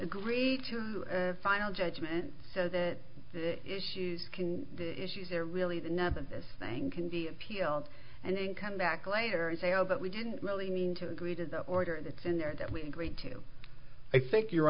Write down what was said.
agree to a final judgment so that the issues can the issues are really the nub of this thing can be appealed and then come back later and say oh but we didn't really mean to agree to the order and it's in there that we agreed to